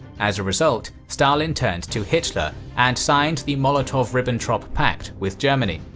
as a result, stalin turned to hitler and signed the molotov-ribbentrop pact with germany.